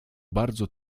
bardzo